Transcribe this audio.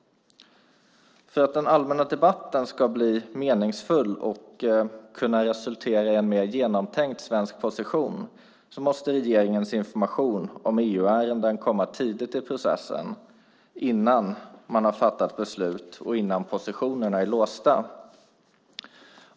För att den allmänna debatten ska bli meningsfull och kunna resultera i en mer genomtänkt svensk position måste regeringens information om EU-ärenden komma tidigt i processen, alltså innan man har fattat beslut och innan positionerna är låsta.